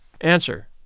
Answer